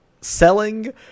selling